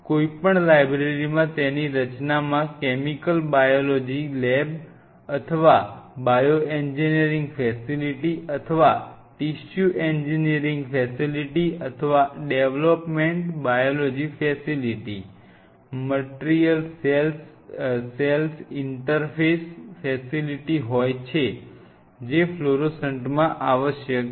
કોઈપણ લાઇબ્રેરીમાં તેની રચનામાં કૅમીલક બાયોલોજી લેબ અથવા બાયોએન્જિનિયરિંગ ફેસિલિટી અથવા ટિશ્યુ એન્જિનિયરિંગ ફેસિલિટી અથવા development biology facility material cell interface facility હોય છે જે ફ્લોરોસન્ટમાં આવશ્યક છે